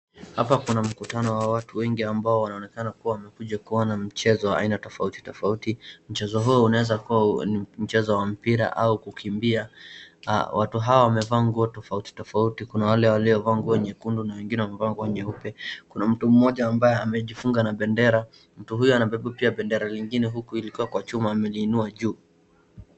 Hapa kuna mkutano wa watu wengi ambao wanaonekana kua wamekuja kuona mchezo wa aina tofauti tofauti. Mchezo huo unaeza kuwa ni mchezo wa mpira au kukimbia, watu hao wamevaa nguo tofauti tofauti kuna wale walio vaa nguo nyekundu na wengine wamevaa nguo nyeupe kuna mtu mmoja ambaye amejifunga na bendera mtu huyo pia anabeba bendera lingine huku likiwa kwa chuma ameliinua juu.